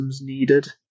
needed